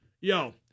Yo